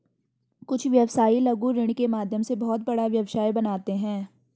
कुछ व्यवसायी लघु ऋण के माध्यम से बहुत बड़ा व्यवसाय बनाते हैं